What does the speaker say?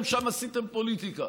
גם שם עשיתם פוליטיקה